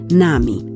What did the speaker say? nami